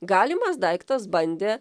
galimas daiktas bandė